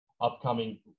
upcoming